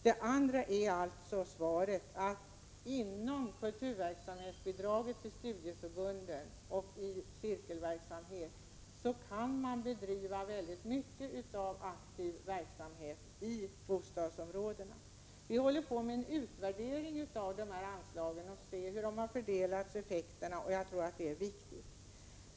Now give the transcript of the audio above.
Genom kulturverksamhetsbidraget till studieförbunden och i cirkelverksamhet kan man bedriva mycket av aktiv verksamhet i bostadsområdena. Vi håller på med en utvärdering av anslagen i kulturrådet för att se hur resurserna fördelas, och jag tror att det är viktigt.